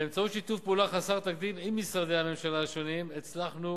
באמצעות שיתוף פעולה חסר תקדים עם משרדי הממשלה השונים הצלחנו,